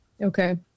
Okay